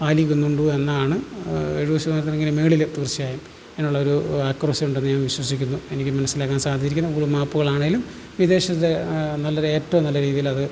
പാലിക്കുന്നുണ്ട് എന്നാണ് എഴുപത് ശതമാനത്തിനെങ്കിലും മുകളില് തീർച്ചയായും അങ്ങനെയുള്ള ഒരു ആക്കുറസി ഉണ്ടെന്ന് ഞാൻ വിശ്വസിക്കുന്നു എനിക്ക് മനസിലാക്കാ സാധിച്ചിരിക്കുന്നു ഗൂഗിൾ മാപ്പുകളാണേലും വിദേശത്ത് നല്ലൊരു ഏറ്റവും നല്ല രീതിയിലത്